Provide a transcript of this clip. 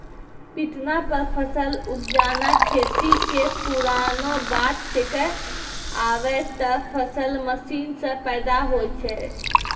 पिटना पर फसल उपजाना खेती कॅ पुरानो बात छैके, आबॅ त फसल मशीन सॅ पैदा होय छै